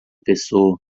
pessoa